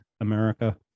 America